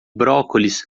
brócolis